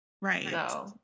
Right